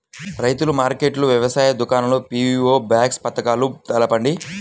రైతుల మార్కెట్లు, వ్యవసాయ దుకాణాలు, పీ.వీ.ఓ బాక్స్ పథకాలు తెలుపండి?